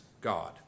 God